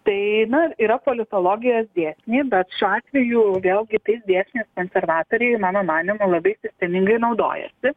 tai yra politologijos dėsniai bet šiuo atveju vėlgi tais dėsniais konservatoriai mano manymu labai sistemingai naudojasi